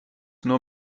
nur